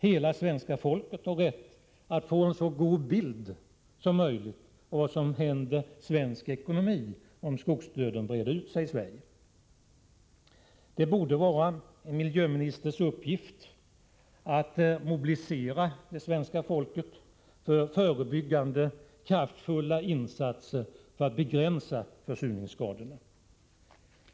Hela svenska folket har rätt att få en så god bild som möjligt av vad som händer svensk ekonomi om skogsdöden breder ut sig i Sverige. Det borde vara en miljöministers uppgift att mobilisera det svenska folket för förebyggande och kraftfulla insatser för att begränsa försurningsskadorna.